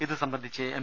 ഇതുസംബന്ധിച്ച് എം